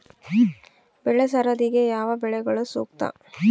ಬೆಳೆ ಸರದಿಗೆ ಯಾವ ಬೆಳೆಗಳು ಸೂಕ್ತ?